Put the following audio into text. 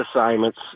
assignments